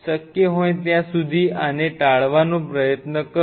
શક્ય હોય ત્યાં સુધી આને ટાળવાનો પ્રયત્ન કરો